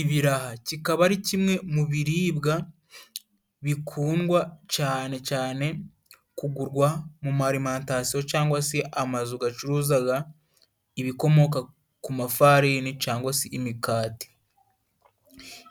Ibiraha kikaba ari kimwe mu biribwa bikundwa cane cane kugurwa mu marimentasiyo, cangwa se amazu gacuruzaga ibikomoka ku mafarini cangwa se imikati.